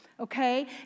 Okay